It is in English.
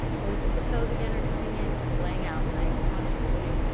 notice if the toes again are coming in or splaying out, nice conscious footing.